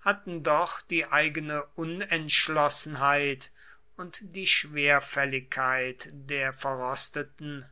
hatten doch die eigene unentschlossenheit und die schwerfälligkeit der verrosteten